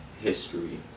history